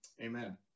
Amen